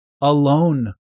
alone